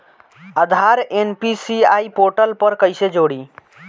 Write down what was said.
आधार NPCI portal पर कईसे जोड़ी?